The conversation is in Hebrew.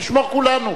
נשמור כולנו.